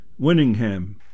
Winningham